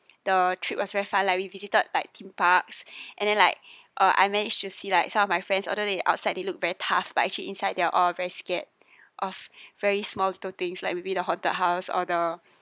the trip was very fun lah like we visited like theme parks and then like uh I managed to see like some of my friends although they outside they looked very tough but actually inside they are all very scared of very small little things like maybe the haunted house or the